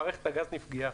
מערכת הגז נפגעה.